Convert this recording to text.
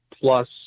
plus